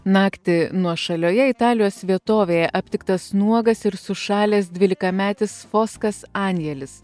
naktį nuošalioje italijos vietovėje aptiktas nuogas ir sušalęs dvylikametis foskas anijelis